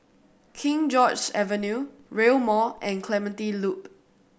King George's Avenue Rail Mall and Clementi Loop